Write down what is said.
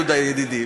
יהודה ידידי.